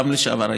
גם לשעבר,